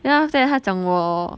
then after that 他讲我